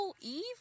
Evil